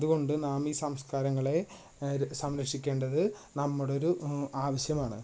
അതുകൊണ്ട് നാം ഈ സംസ്ക്കാരങ്ങളെ സംരക്ഷിക്കേണ്ടത് നമ്മുടോരു ആവശ്യമാണ്